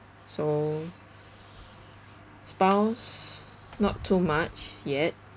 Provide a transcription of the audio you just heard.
so spouse not too much yet